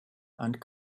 and